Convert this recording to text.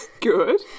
Good